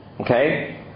Okay